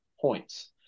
points